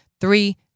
three